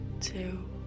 two